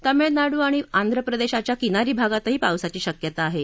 ज्ञमिळनाडू आणि आंध्र प्रदक्षीच्या किनारी भागातही पावसाची शक्यता आहा